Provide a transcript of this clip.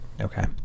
Okay